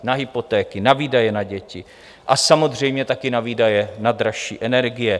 Na hypotéky, na výdaje na děti a samozřejmě taky na výdaje na dražší energie.